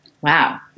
Wow